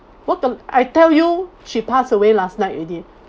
what tell I tell you she passed away last night already